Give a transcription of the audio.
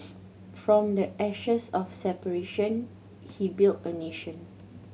from the ashes of separation he built a nation